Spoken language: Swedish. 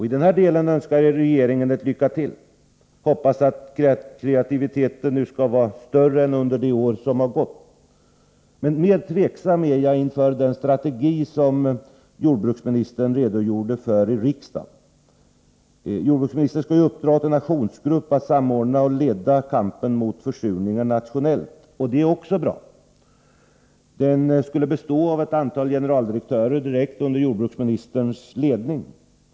I den här delen önskar jag regeringen ett lycka till och hoppas att kreativiteten nu skall vara betydligt större än under det år som har gått. Mer tveksam är jag inför den strategi som jordbruksministern redogjorde föririksdagen. Han skall ju uppdra åt en aktionsgrupp att samordna och leda kampen mot försurningar nationellt. Det är också bra. Den skall bestå av ett antal generaldirektörer direkt under jordbruksministerns ledning.